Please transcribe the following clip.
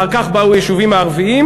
אחר כך באו היישובים הערביים,